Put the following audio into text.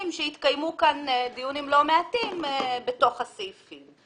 שהתקיימו כאן ואלה היו דיונים לא מעטים לגבי הסעיפים.